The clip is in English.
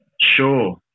Sure